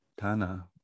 Tana